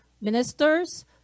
ministers